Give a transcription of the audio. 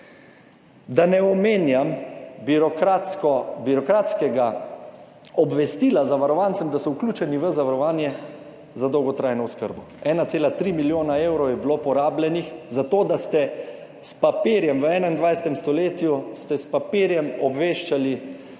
birokratsko, birokratskega obvestila zavarovancem, da so vključeni v zavarovanje za dolgotrajno oskrbo. 1,3 milijona evrov je bilo porabljenih za to, da ste s papirjem, v 21. stoletju, ste